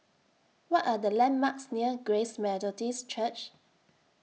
What Are The landmarks near Grace Methodist Church